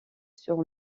sur